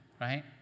right